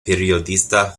periodista